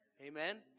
Amen